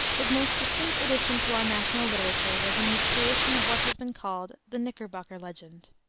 his most distinct addition to our national literature was in his creation of what has been called the knickerbocker legend.